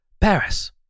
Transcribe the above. Paris